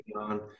on